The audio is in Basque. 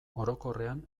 orokorrean